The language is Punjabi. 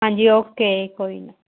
ਹਾਂਜੀ ਓਕੇ ਕੋਈ ਨਾ